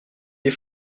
des